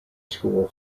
school